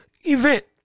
event